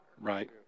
Right